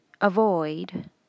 avoid